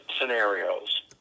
scenarios